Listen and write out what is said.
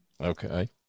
Okay